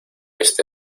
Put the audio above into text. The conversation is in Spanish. este